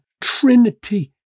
Trinity